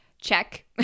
Check